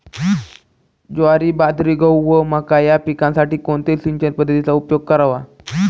ज्वारी, बाजरी, गहू व मका या पिकांसाठी कोणत्या सिंचन पद्धतीचा उपयोग करावा?